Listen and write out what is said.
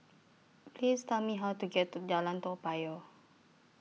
Please Tell Me How to get to Jalan Toa Payoh